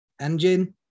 engine